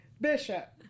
bishop